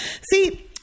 see